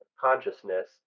consciousness